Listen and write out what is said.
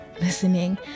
listening